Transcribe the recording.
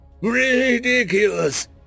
Ridiculous